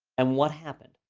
and what happened?